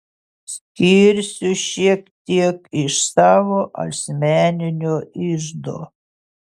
skirsiu šiek tiek iš savo asmeninio iždo